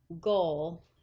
goal